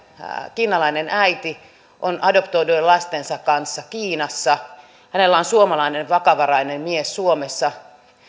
kiinalainen äiti on adoptoitujen lastensa kanssa kiinassa hänellä on suomalainen vakavarainen mies suomessa